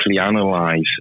analyze